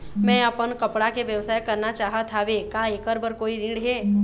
मैं अपन कपड़ा के व्यवसाय करना चाहत हावे का ऐकर बर कोई ऋण हे?